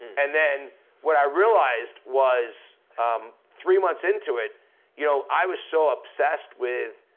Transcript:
and then what i realized was um three months into it you know i was so obsessed with